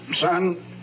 Son